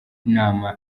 inama